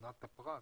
צנעת הפרט?